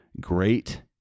great